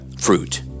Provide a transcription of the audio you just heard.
fruit